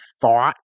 thought